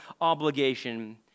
obligation